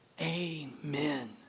amen